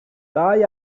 dau